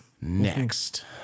Next